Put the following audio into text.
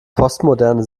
postmoderne